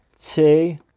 two